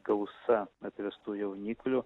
gausa atvestų jauniklių